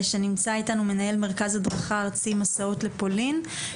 שנמצא איתנו, מנהל מרכז הדרכה ארצי, מסעות לפולין.